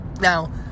now